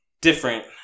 different